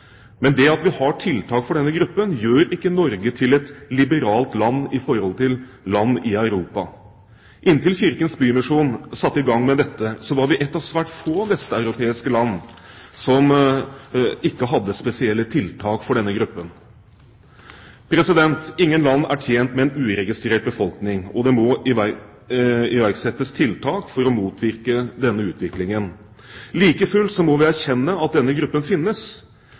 Men det at vi har tiltak for denne gruppen, gjør ikke Norge til et liberalt land i forhold til land i Europa. Inntil Kirkens Bymisjon satte i gang med dette, var vi et av svært få vesteuropeiske land som ikke hadde spesielle tiltak for denne gruppen. Ingen land er tjent med en uregistrert befolkning, og det må iverksettes tiltak for å motvirke denne utviklingen. Like fullt må vi erkjenne at denne gruppen finnes.